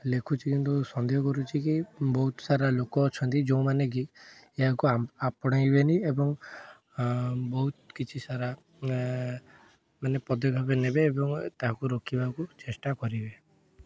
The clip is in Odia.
ଲେଖୁଛି କିନ୍ତୁ ସନ୍ଦେହ କରୁଛି କି ବହୁତ ସାରା ଲୋକ ଅଛନ୍ତି ଯେଉଁମାନେ କି ଏହାକୁ ଆପଣେଇବେନି ଏବଂ ବହୁତ କିଛି ସାରା ମାନେ ପଦକ୍ଷେପ ନେବେ ଏବଂ ତାହାକୁ ରୋକିବାକୁ ଚେଷ୍ଟା କରିବେ